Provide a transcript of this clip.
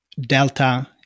delta